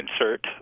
insert